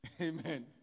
Amen